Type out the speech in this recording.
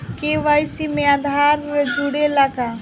KYC में आधार जुड़े ला का?